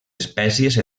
espècies